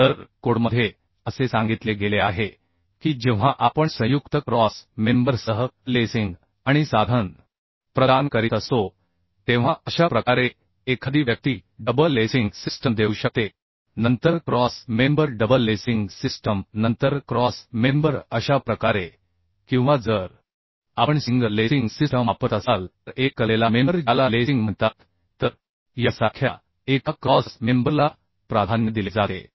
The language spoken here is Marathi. तर कोडमध्ये असे सांगितले गेले आहे की जेव्हा आपण संयुक्त क्रॉस मेंबरसह लेसिंग आणि साधन प्रदान करीत असतो तेव्हा अशा प्रकारे एखादी व्यक्ती डबल लेसिंग सिस्टम देऊ शकते नंतर cross member double lacing system नंतर क्रॉस मेंबर अशा प्रकारे किंवा जर आपण सिंगल लेसिंग सिस्टम वापरत असाल तर एक कललेला मेंबर ज्याला लेसिंग म्हणतात तर यासारख्या एका क्रॉस मेंबरला प्राधान्य दिले जाते